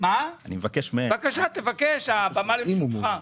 בבקשה תבקש, הבמה לרשותך.